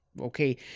okay